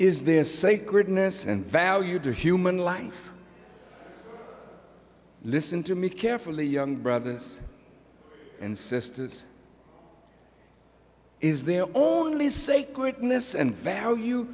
is there sacredness and value to human life listen to me carefully young brothers and sisters is there only say quickness and value